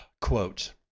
Quote